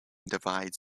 divides